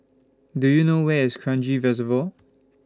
Do YOU know Where IS Kranji Reservoir